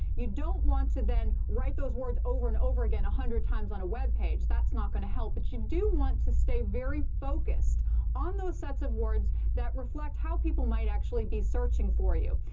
you don't want to then write those words over and over again one hundred times on a web page. that's not going to help. but you do want to stay very focused on those sets of words that reflect how people might actually be searching for you.